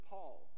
Paul